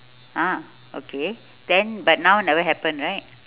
ah okay then but now never happen right